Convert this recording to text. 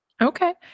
Okay